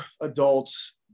adults